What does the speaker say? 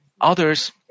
others